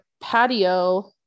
patio